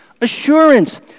assurance